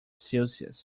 celsius